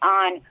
on